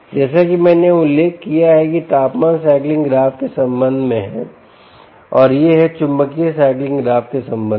जैसा कि मैंने उल्लेख किया है कि यह तापमान साइक्लिंग ग्राफ के संबंध में है और यह है चुंबकीय सायक्लिंग ग्राफ के संबंध में